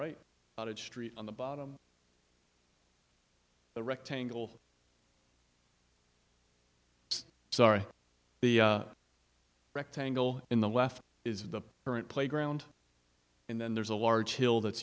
st on the bottom the rectangle sorry the rectangle in the left is the current playground and then there's a large hill that's